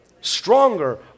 Stronger